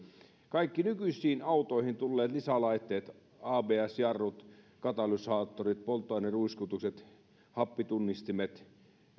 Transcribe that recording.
kaikki nykyisiin autoihin tulleet lisälaitteet abs jarrut katalysaattorit polttoaineen ruiskutukset happitunnistimet luistonestot